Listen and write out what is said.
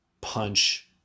punch